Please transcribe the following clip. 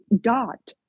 dot